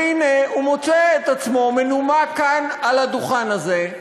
והנה הוא מוצא את עצמו מנומק כאן, על הדוכן הזה,